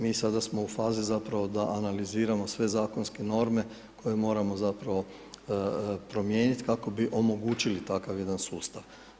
Mi sada smo u fazi zapravo da analiziramo sve zakonske norme koje moramo zapravo promijeniti kako bi omogućili takav jedan sustav.